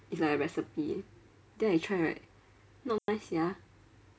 it's like a recipe then I try right not nice sia